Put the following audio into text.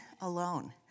alone